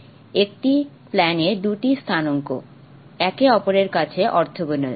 একটি প্লেনের দুটি স্থানাঙ্ক একে অপরের কাছে অর্থোগোনাল